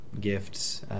gifts